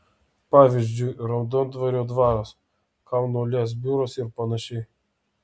pavyzdžiui raudondvario dvaras kauno lez biuras ir panašiai